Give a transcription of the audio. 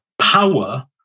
power